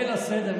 ליל הסדר.